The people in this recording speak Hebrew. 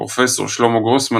פרופ' שלמה גרוסמן,